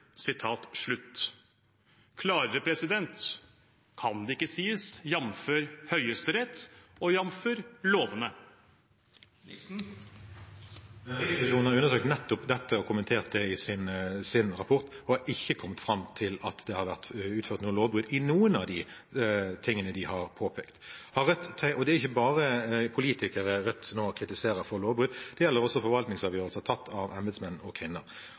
Klarere kan det ikke sies, jf. Høyesterett og jf. lovene. Men Riksrevisjonen har understreket nettopp dette og kommentert det i sin rapport og har ikke kommet fram til at det har vært utført noe lovbrudd i noen av de tingene de har påpekt. Og det er ikke bare politikere Rødt nå kritiserer for lovbrudd, det gjelder også forvaltningsavgjørelser tatt av embetsmenn og